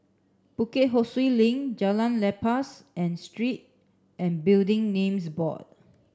Bukit Ho Swee Link Jalan Lepas and Street and Building Names Board